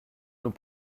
nos